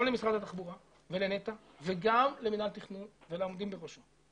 למשרד התחבורה ולנת"ע וגם למינהל תכנון ולעומדים בראשו,